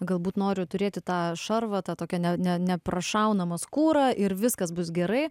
galbūt noriu turėti tą šarvą tą tokią ne ne neprašaunamą skūrą ir viskas bus gerai